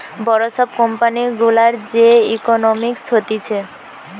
বড় সব কোম্পানি গুলার যে ইকোনোমিক্স হতিছে